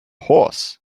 horse